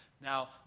now